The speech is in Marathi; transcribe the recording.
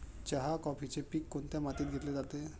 चहा, कॉफीचे पीक कोणत्या मातीत घेतले जाते?